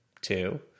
two